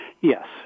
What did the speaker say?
Yes